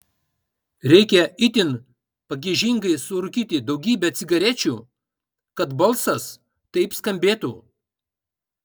reikia itin pagiežingai surūkyti daugybę cigarečių kad balsas taip skambėtų